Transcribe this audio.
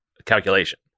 calculation